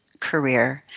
career